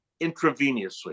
intravenously